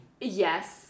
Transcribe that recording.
Yes